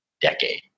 decade